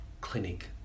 clinic